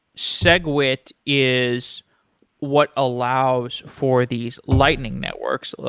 segwit is what allows for these lightning networks.